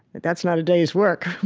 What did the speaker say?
that's not a day's work.